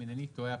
אם אינני טועה,